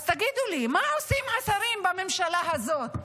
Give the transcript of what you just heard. אז תגידו לי, מה עושים השרים בממשלה הזאת?